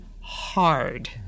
hard